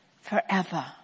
forever